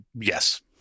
yes